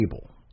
table